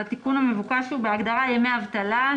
התיקון המבוקש הוא בהגדרת ימי אבטלה.